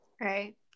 Right